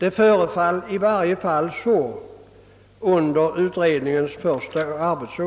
I varje fall föreföll det så under utredningens första arbetsår.